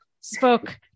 spoke